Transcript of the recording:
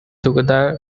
together